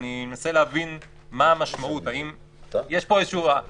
אני רוצה עוד שאלה אחת.